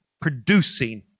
producing